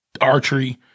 archery